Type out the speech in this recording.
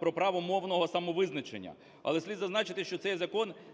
про право мовного самовизначення.